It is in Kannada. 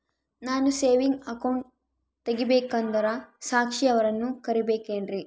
ನಾನು ಸೇವಿಂಗ್ ಅಕೌಂಟ್ ತೆಗಿಬೇಕಂದರ ಸಾಕ್ಷಿಯವರನ್ನು ಕರಿಬೇಕಿನ್ರಿ?